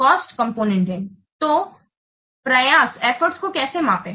तो प्रयास को कैसे मापें